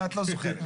את לא זוכרת.